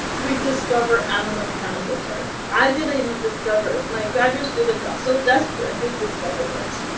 we discover amazon mechanical turk. i didn't even discover it my graduate student does, so desperate, he discovered it.